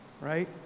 right